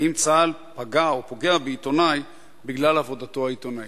האם צה"ל פגע או פוגע בעיתונאי בגלל עבודתו העיתונאית?